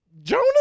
Jonah